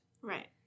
Right